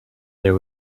there